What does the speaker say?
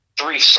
Three